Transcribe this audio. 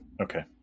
Okay